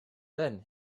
then